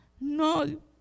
no